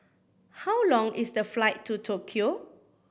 how long is the flight to Tokyo